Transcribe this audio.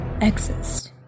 exist